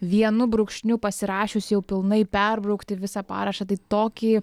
vienu brūkšniu pasirašius jau pilnai perbraukti visą parašą tai tokį